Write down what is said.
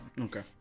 Okay